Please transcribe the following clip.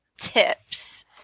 tips